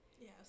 Yes